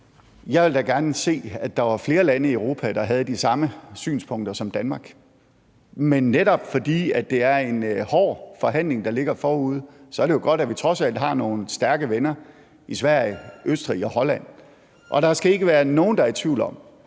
Jeg ville da gerne se, at der var flere lande i Europa, der havde de samme synspunkter som Danmark. Men netop fordi det er en hård forhandling, der ligger forude, så er det jo godt, at vi trods alt har nogle stærke venner i Sverige, Østrig og Holland. Og der skal ikke være nogen, der er i tvivl om,